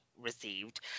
received